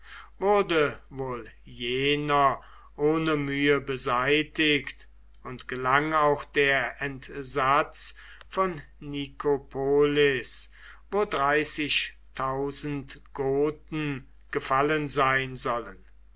wurde wohl jener ohne mühe beseitigt und gelang auch der entsatz von nikopolis wo dreißigtausend goten gefallen sein sollen